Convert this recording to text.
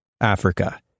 Africa